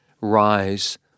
Rise